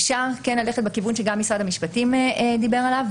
אפשר כן ללכת בכיוון שגם משרד המשפטים דיבר עליו,